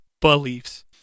beliefs